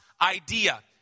idea